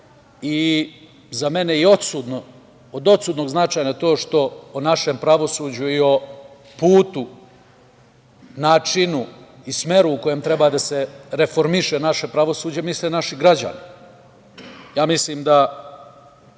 i za mene i od odsudnog značaja to što o našem pravosuđu i o putu, načinu i smeru u kojem treba da se reformiše naše pravosuđe misle naši građani. Mislim da